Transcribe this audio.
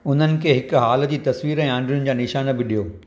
उन्हनि खे हिकु हॉल जी तस्वीर ऐं आङरियुनि जा निशान बि डि॒यो